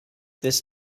this